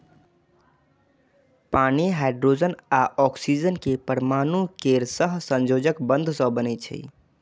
पानि हाइड्रोजन आ ऑक्सीजन के परमाणु केर सहसंयोजक बंध सं बनै छै